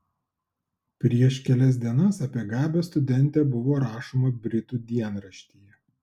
prieš kelias dienas apie gabią studentę buvo rašoma britų dienraštyje